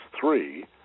Three